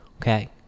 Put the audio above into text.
okay